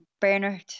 Bernard